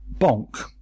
Bonk